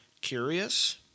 Curious